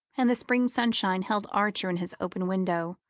and the spring sunshine held archer in his open window,